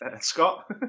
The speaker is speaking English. Scott